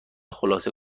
خلاصه